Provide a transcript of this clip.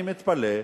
אני מתפלא,